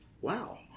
Wow